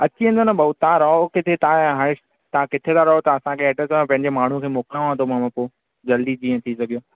अची वेंदो न भाऊ तव्हां रहो किथे तव्हां हाणे तव्हां किथे था रहो था असांखे एड्रेस ॾियो पंहिंजे माण्हू खे मोकिलांव थो पोइ जल्दी जीअं थी सघे